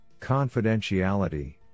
confidentiality